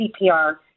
CPR